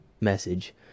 message